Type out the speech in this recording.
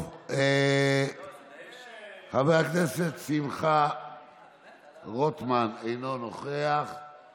חבר הכנסת שמחה רוטמן, אינו נוכח;